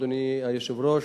אדוני היושב-ראש,